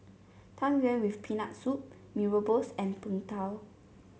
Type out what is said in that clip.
Tang Yuen with Peanut Soup Mee Rebus and Png Tao